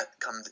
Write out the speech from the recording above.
come